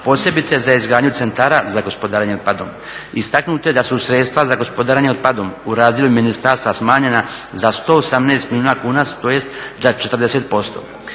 posebice za izgradnju centara za gospodarenje otpadom. Istaknuto je da su sredstva za gospodarenje otpadom u razdjelu Ministarstva smanjena za 118 milijuna kuna, tj. za 40%.